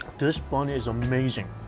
this bun is amazing.